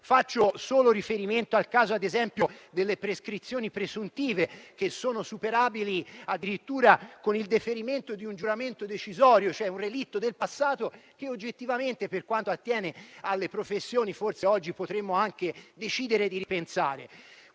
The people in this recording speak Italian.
Faccio solo riferimento, ad esempio, al caso delle prescrizioni presuntive, che sono superabili addirittura con il deferimento di un giuramento decisorio, cioè un relitto del passato che oggettivamente, per quanto attiene alle professioni, forse oggi potremmo anche decidere di ripensare.